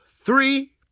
three